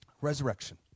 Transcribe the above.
Resurrection